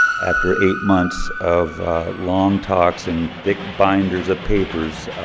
after eight months of long talks and thick binders of papers,